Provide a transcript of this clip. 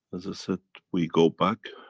as i said, we go back.